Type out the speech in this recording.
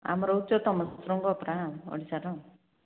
ଆମର ଉଚ୍ଚତମ ଶୃଙ୍ଗ ପରା ଓଡ଼ିଶାର